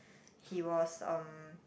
he was um